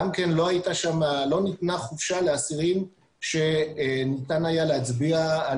גם כן לא ניתנה חופשה לאסירים שניתן היה להצביע על